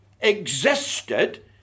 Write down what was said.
existed